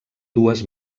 dues